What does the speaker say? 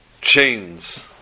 chains